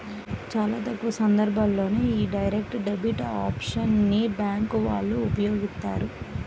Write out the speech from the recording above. చాలా తక్కువ సందర్భాల్లోనే యీ డైరెక్ట్ డెబిట్ ఆప్షన్ ని బ్యేంకు వాళ్ళు ఉపయోగిత్తారు